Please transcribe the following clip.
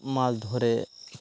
মাছ ধরে